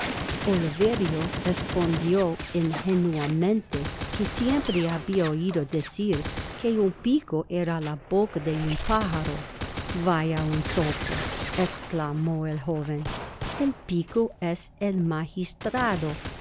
oliverio respondió ingenuamente que siempre habia oido decir que un pico era la boca de un pajaro vaya un zopo esclamó el joven el pico es el magistrado